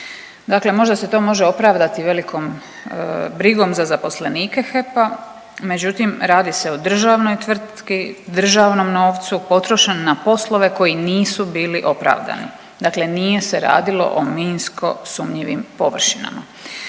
Dakle možda se to može opravdati velikom brigom za zaposlenike HEP-a, međutim radi se o državnoj tvrtki, državnom novcu potrošen na poslove koji nisu bili opravdani, dakle nije se radilo o minsko sumnjivim površinama.